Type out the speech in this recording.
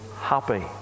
happy